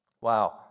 Wow